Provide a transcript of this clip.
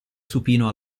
supino